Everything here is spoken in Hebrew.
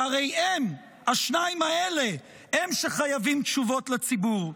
שהרי הם, השניים האלה, הם שחייבים תשובות לציבור.